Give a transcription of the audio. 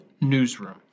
newsroom